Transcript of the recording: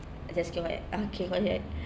I just quiet ah keep quiet